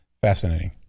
Fascinating